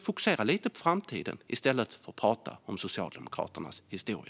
Fokusera lite på framtiden i stället för att prata om Socialdemokraternas historia!